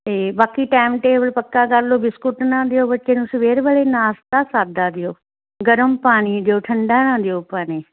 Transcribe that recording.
ਅਤੇ ਬਾਕੀ time table ਪੱਕਾ ਕਰ ਲਓ ਬਿਸਕੁਟ ਨਾ ਦਿਓ ਬੱਚੇ ਨੂੰ ਸਵੇਰ ਵੇਲੇ ਨਾਸ਼ਤਾ ਸਾਦਾ ਦਿਓ ਗਰਮ ਪਾਣੀ ਦਿਓ ਠੰਡਾ ਨਾ ਦਿਓ ਪਾਣੀ